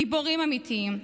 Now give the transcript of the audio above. גיבורים אמיתיים.